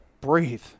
breathe